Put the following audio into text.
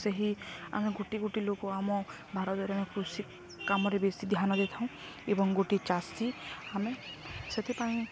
ସେହି ଆମେ ଗୋଟିଏ ଗୋଟିଏ ଲୋକ ଆମ ଭାରତରେ ଆମେ କୃଷି କାମରେ ବେଶୀ ଧ୍ୟାନ ଦେଇଥାଉଁ ଏବଂ ଗୋଟିଏ ଚାଷୀ ଆମେ ସେଥିପାଇଁ